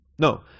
No